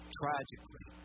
tragically